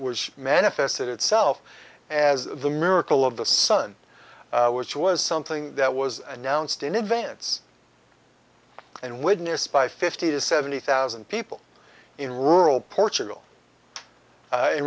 the manifested itself as the miracle of the sun which was something that was announced in advance and witnessed by fifty to seventy thousand people in rural portugal